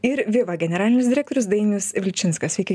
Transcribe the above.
ir viva generalinis direktorius dainius vilčinskas sveiki